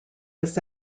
his